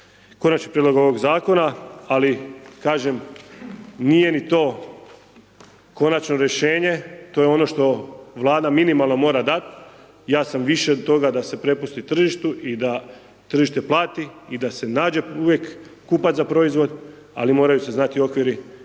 konačni prijedlog ovog zakona, ali kažem nije ni to konačno rješenje to je ono što Vlada minimalno mora dat. Ja sam više toga da se prepusti tržištu i da tržište plati i da se nađe uvijek kupac za proizvod ali moraju se znati okviri i znamo